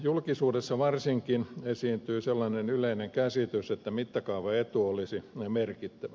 julkisuudessa varsinkin esiintyy sellainen yleinen käsitys että mittakaavaetu olisi merkittävä